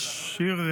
יש שיר,